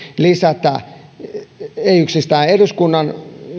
lisätä resursseja sinne ei yksistään eduskunnan